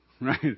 Right